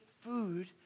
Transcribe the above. food